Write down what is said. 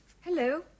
hello